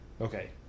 Okay